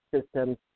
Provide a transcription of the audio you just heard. systems